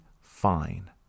fine